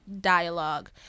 dialogue